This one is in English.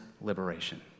liberation